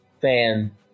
fan